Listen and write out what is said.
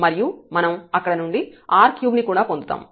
మరియు మనం అక్కడ నుండి r3ని కూడా పొందుతాము